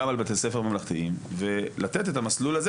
על בתי ספר ממלכתיים ולתת את המסלול הזה?